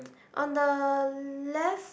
on the left